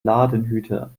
ladenhüter